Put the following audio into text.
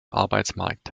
arbeitsmarkt